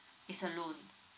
it's a loan